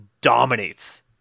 dominates